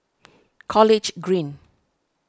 College Green